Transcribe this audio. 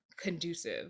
conducive